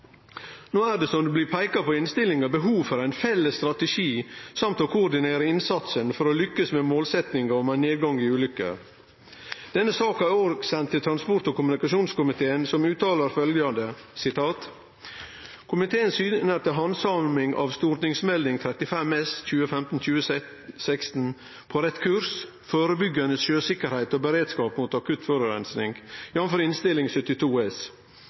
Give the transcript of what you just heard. No er det, som det blir peika på i innstillinga, behov for ein felles strategi og å koordinere innsatsen for å lykkast med målsetjinga om ein nedgang i ulykker. Denne saka er òg sendt til transport- og kommunikasjonskomiteen, som uttalar følgjande: «Komiteen syner til handsaminga av Meld. St. 35 S «På rett kurs – forebyggende sjøsikkerhet og beredskap mot akutt forurensning», jf. Innst. 72 S».